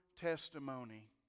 testimony